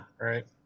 right